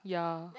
ya